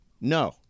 No